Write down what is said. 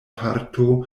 parto